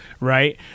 right